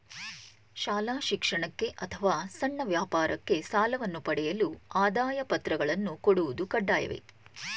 ಶಾಲಾ ಶಿಕ್ಷಣಕ್ಕೆ ಅಥವಾ ಸಣ್ಣ ವ್ಯಾಪಾರಕ್ಕೆ ಸಾಲವನ್ನು ಪಡೆಯಲು ಆದಾಯ ಪತ್ರಗಳನ್ನು ಕೊಡುವುದು ಕಡ್ಡಾಯವೇ?